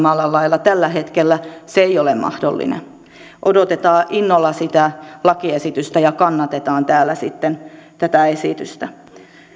suomalaisia samalla lailla tällä hetkellä se ei ole mahdollinen odotetaan innolla sitä lakiesitystä ja kannatetaan täällä sitten tätä esitystä